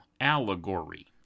allegory